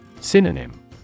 Synonym